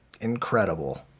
incredible